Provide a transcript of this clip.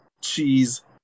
Cheese